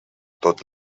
tot